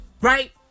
Right